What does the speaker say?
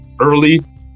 early